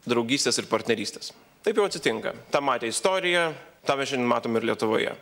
draugystės ir partnerystės taip jau atsitinka tą matė istorija tą mes šiandien matom ir lietuvoje